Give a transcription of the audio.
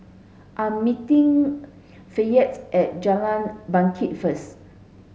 I'm meeting Fayette at Jalan Bangket first